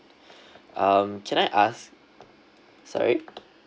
um can I ask sorry